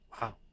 Wow